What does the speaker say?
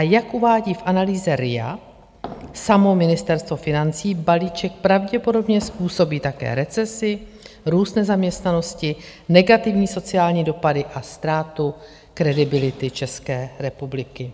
Jak uvádí v analýze RIA samo Ministerstvo financí, balíček pravděpodobně způsobí také recesi, růst nezaměstnanosti, negativní sociální dopady a ztrátu kredibility České republiky.